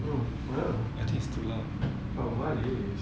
I think it's too loud